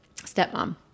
stepmom